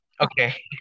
Okay